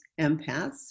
empaths